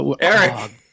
Eric